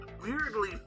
weirdly